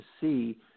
see –